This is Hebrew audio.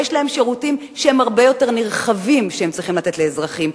יש להם שירותים שהם הרבה יותר נרחבים שהם צריכים לתת לאזרחים.